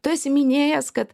tu esi minėjęs kad